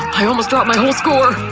i almost dropped my whole score!